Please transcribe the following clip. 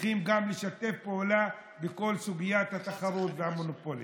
צריכים גם לשתף פעולה בכל סוגיית התחרות והמונופולים.